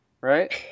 right